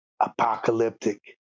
apocalyptic